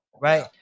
Right